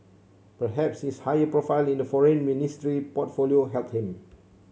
perhaps his higher profile in the foreign ministry portfolio helped him